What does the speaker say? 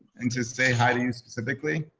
and to say hi to you specifically.